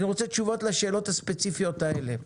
אני רוצה תשובות לשאלות הספציפיות האלה.